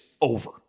over